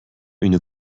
une